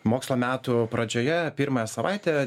mokslo metų pradžioje pirmąją savaitę